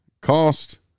cost